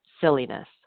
silliness